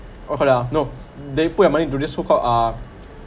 oh hold on ah no they put your money into this so called uh